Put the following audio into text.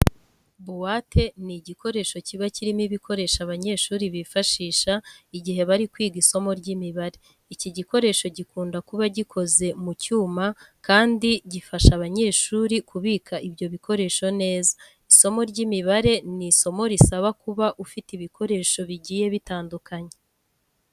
Buwate ni igikoresho kiba kirimo ibikoresho abanyeshuri bifashisha igihe bari kwiga isomo ry'imibare. Iki gikoresho gikunda kuba gikoze mu cyuma kandi gifasha abanyeshuri kubika ibyo bikoresho neza. Isomo ry'imibare ni isomo risaba kuba ufite ibikoresho bigiye bitandukanye.